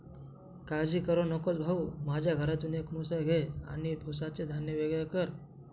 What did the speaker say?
काळजी करू नकोस भाऊ, माझ्या घरातून एक मुसळ घे आणि भुसाचे धान्य वेगळे कर